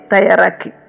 Tayaraki